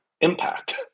impact